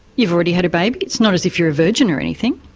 you've already had a baby. it's not as if you're a virgin or anything.